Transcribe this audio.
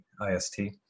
I-S-T